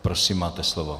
Prosím, máte slovo.